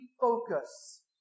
focus